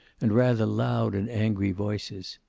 and rather loud and angry voices.